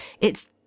It's